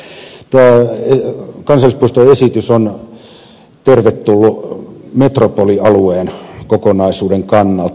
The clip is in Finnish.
tämä kansallispuisto esitys on tervetullut metropolialueen kokonaisuuden kannalta